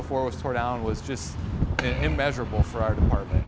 before was torn down was just in measurable for our department